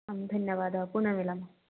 आं धन्यवादः पुनर्मिलामः